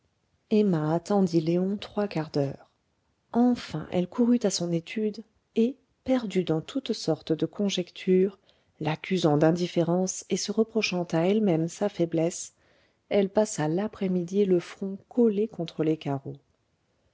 emma attendit léon trois quarts d'heure enfin elle courut à son étude et perdue dans toute sorte de conjectures l'accusant d'indifférence et se reprochant à elle-même sa faiblesse elle passa l'après-midi le front collé contre les carreaux